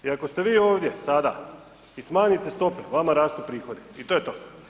I ako ste vi ovdje sada i smanjite stope vama rastu prihodi i to je to.